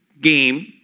game